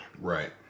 Right